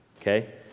okay